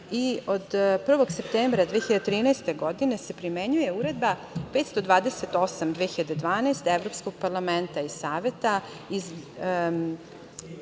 i od 1. septembra 2013. godine se primenjuje Uredba 528-2012 Evropskog parlamenta i Saveta iz